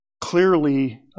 clearly